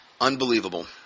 Unbelievable